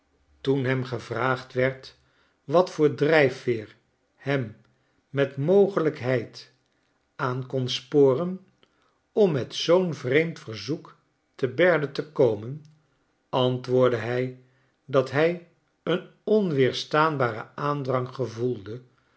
toen hem gevraagd werd wat voor drijfveer hem met mogelijkheidaankon sporen om met zoo'n vreemd verzoek te berde te komen antwoordde hij dat hij een onweerstaanbaren aandrang gevoelde